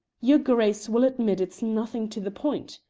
your grace will admit it's nothing to the point,